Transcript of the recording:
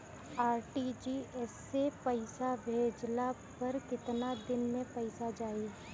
RTGS से पईसा भेजला पर केतना दिन मे पईसा जाई?